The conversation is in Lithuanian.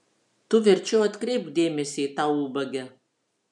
tu verčiau atkreipk dėmesį į tą ubagę